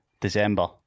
December